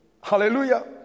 Hallelujah